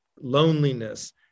loneliness